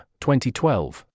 2012